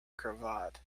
cravat